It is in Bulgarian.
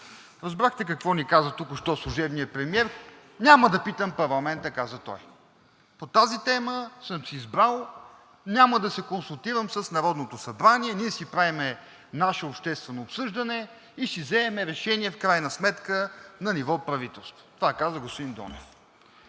Разбрахте какво ни каза току-що служебният премиер: няма да питам парламента, каза той, по тази тема съм си избрал и няма да се консултирам с Народното събрание, ние си правим наше обществено обсъждане и в крайна сметка ще си вземем решение на ниво правителство. Това каза господин Донев.